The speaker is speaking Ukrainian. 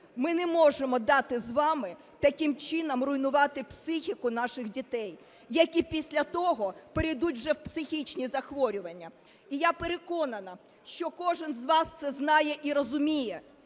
ми не можемо дати з вами таким чином руйнувати психіку наших дітей, які після того перейдуть уже в психічні захворювання. І я переконана, що кожен з вас це знає і розуміє,